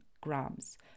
grams